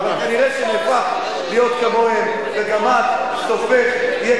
לא שמעת ממני אף פעם התקפות אישיות,